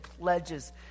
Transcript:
pledges